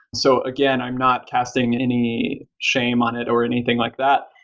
so again, i'm not casting and any shame on it or anything like that,